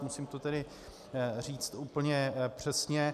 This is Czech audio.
Musím to tedy říct úplně přesně.